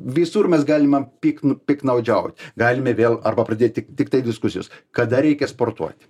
visur mes galima pykt nu piktnaudžiaut galime vėl arba pradėt tik tiktai diskusijas kada reikia sportuoti